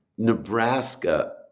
Nebraska